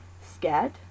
scared